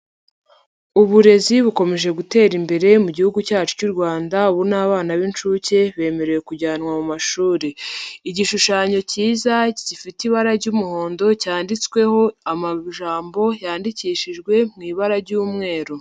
Uburezi bukomeje gutera imbere mu gihugu cyacu cy'u Rwanda, ubu n'abana b'inshuke bemerewe kujyanwa mu mashuri. Igishushanyo cyiza, gifite ibara ry'umuhondo cyanditsweho amagambo, yandikishijwe mu ibara ry'umweru.